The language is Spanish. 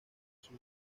sus